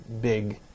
big